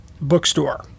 bookstore